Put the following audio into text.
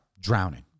Drowning